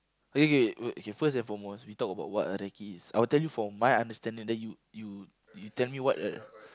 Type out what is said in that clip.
K K wait first and foremost we talk about what other keys I'll tell you from my understanding then you you you tell me what